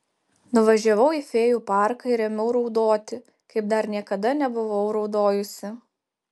nuvažiavau į fėjų parką ir ėmiau raudoti kaip dar niekada nebuvau raudojusi